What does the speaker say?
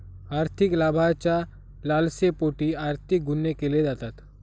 आर्थिक लाभाच्या लालसेपोटी आर्थिक गुन्हे केले जातात